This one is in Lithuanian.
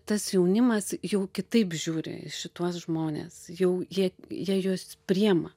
tas jaunimas jau kitaip žiūri į šituos žmones jau jie jie juos priima